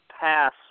pass